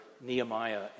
Nehemiah